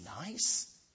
nice